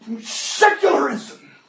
secularism